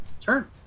turn